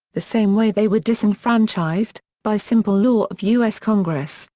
the same way they were disenfranchised, by simple law of u s. congress,